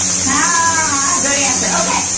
ah good answer, okay?